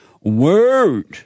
word